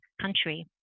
country